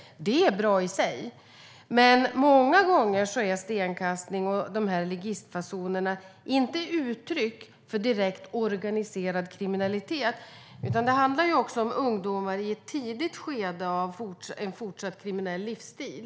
Det är bra i sig. Men många gånger är stenkastning och ligistfasoner inte uttryck för organiserad kriminalitet. Det handlar också om ungdomar i ett tidigt skede av en kriminell livsstil.